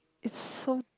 it's so